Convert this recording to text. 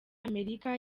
america